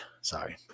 Sorry